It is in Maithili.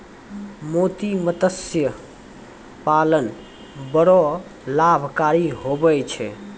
मोती मतस्य पालन बड़ो लाभकारी हुवै छै